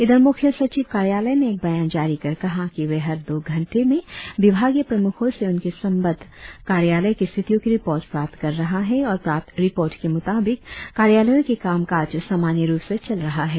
इधर मुख्य सचिव कार्यालय ने एक बयान जारी कर कहा कि वे हर दो घंटे में विभागीय प्रमुखों से उनके संबंद्ध कार्यालय के स्थितियों की रिपोर्ट प्राप्त कर रहा है और प्राप्त रिपोर्ट के मुताबिक कार्यालयों के काम काज सामान्य रुप से चल रहा है